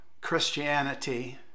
Christianity